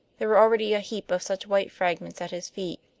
there were already a heap of such white fragments at his feet.